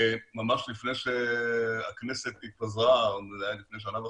ממש לפני שהכנסת התפזרה, זה היה לפני שנה וחצי,